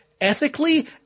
Ethically